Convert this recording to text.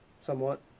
somewhat